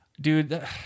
dude